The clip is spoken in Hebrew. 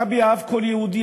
הרבי אהב כל יהודי,